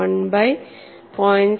0 by 0